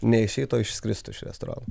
neišeitų o iškristų ir restorano